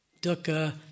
Dukkha